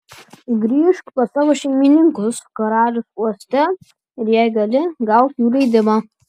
grįžk pas savo šeimininkus karaliaus uoste ir jei gali gauk jų atleidimą